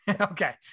Okay